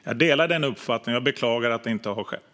Jag delar den uppfattningen, och jag beklagar att detta inte har skett.